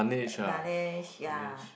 the lang~ ya